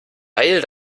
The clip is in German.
weil